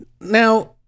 Now